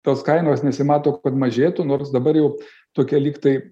tos kainos nesimato kad mažėtų nors dabar jau tokia lyg tai